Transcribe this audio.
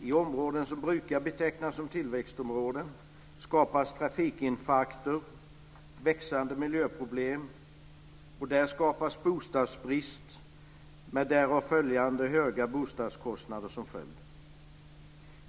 I områden som brukar betecknas som tillväxtområden skapas trafikinfarkter, växande miljöproblem, och där skapas bostadsbrist med höga bostadskostnader som följd.